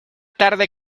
tarde